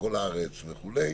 על כל הארץ וכו'.